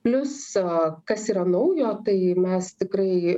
plius kas yra naujo tai mes tikrai